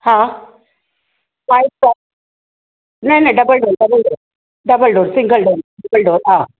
हा slide door न न double door double door double door single door double door हा